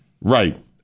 Right